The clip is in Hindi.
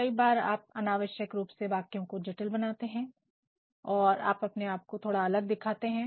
कई बार आप अनावश्यक रूप से वाक्यों को जटिल बनाते हैं और आप अपने आप को थोड़ा अलग दिखाते हैं